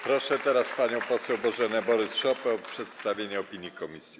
Proszę teraz panią poseł Bożenę Borys-Szopę o przedstawienie opinii komisji.